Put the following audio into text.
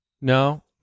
No